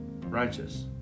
righteous